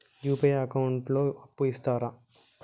UPI account లో అప్పు ఇస్తరా?